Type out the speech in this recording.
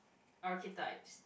archetypes